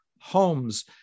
homes